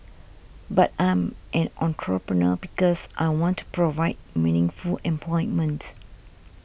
but I'm an entrepreneur because I want to provide meaningful employment